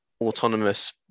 autonomous